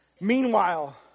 Meanwhile